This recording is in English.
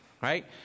right